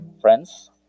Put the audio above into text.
friends